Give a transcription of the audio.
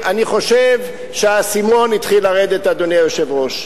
עכשיו יש להם דוברים, יש להם תקציב פרסום,